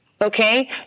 Okay